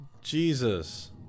Jesus